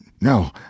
No